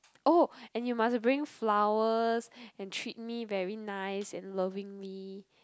oh and you must bring flowers and treat me very nice and lovingly